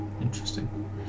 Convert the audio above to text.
Interesting